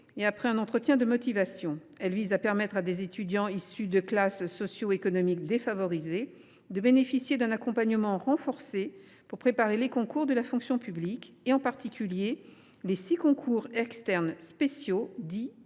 et après un entretien de motivation, elles visent à permettre à des étudiants issus de classes socioéconomiques défavorisées de bénéficier d’un accompagnement renforcé pour préparer les concours de la fonction publique, en particulier les six concours externes spéciaux dits Talents.